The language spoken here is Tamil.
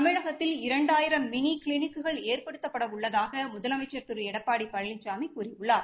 தமிழகத்தில் இரண்டாயிரம் மினி கிளிளிக்குகள் ஏற்படுத்தப்பட உள்ளதாக முதலமைச்சர் திரு எடப்பாடி பழனிசாமி கூறியுள்ளார்